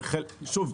שוב,